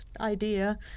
idea